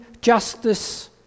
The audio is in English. justice